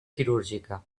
quirúrgica